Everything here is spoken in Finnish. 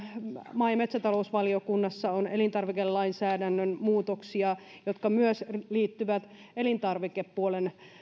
maa ja metsätalousvaliokunnassa oleviin elintarvikelainsäädännön muutoksiin jotka myös liittyvät elintarvikepuolen